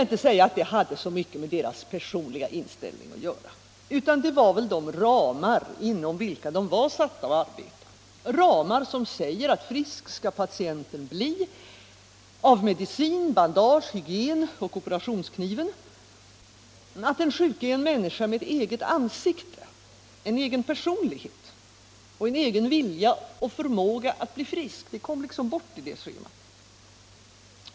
Det hade väl inte med deras personliga inställning att göra så mycket som med de ramar inom vilka de var satta att arbeta — ramar som säger att frisk skall patienten bli av medicin, bandage, hygien och operationskniven. Att den sjuke är en människa med eget ansikte, en egen personlighet och en egen vilja och förmåga att bli frisk, det kommer liksom bort i det schemat.